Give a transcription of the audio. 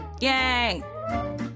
Yay